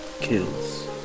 kills